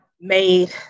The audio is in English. made